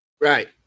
Right